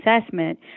assessment